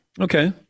Okay